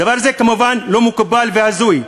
דבר זה כמובן לא מקובל והזוי.